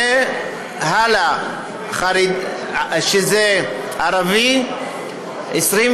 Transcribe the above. "הלא" ערוץ ערבי, ערוץ